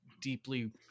deeply